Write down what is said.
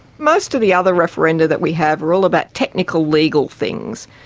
most of the other referenda that we have are all about technical legal things,